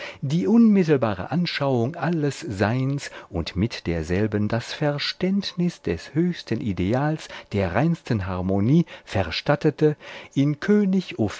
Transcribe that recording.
die unmittelbare anschauung alles seins und mit derselben das verständnis des höchsten ideals der reinsten harmonie verstattete in